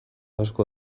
asko